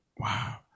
Wow